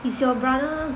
is your brother